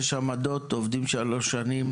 יש עמדות, הן עובדות במשך שלוש שנים,